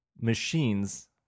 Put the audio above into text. machines